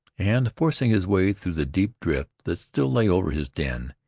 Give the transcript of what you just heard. and forcing his way through the deep drift that still lay over his den,